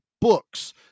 books